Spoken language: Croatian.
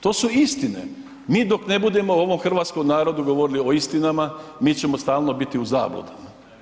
To su istine, mi dok ne budemo ovom hrvatskom narodu govorili o istinama, mi ćemo stalno biti u zabludama.